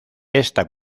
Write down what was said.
esta